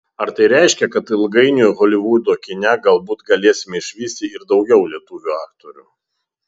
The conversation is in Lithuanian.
ar tai reiškia kad ilgainiui holivudo kine galbūt galėsime išvysti ir daugiau lietuvių aktorių